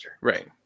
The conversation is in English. Right